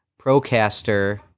procaster